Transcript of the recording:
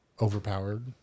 overpowered